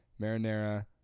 marinara